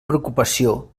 preocupació